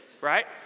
right